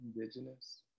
Indigenous